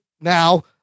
now